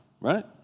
right